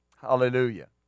Hallelujah